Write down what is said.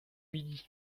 midi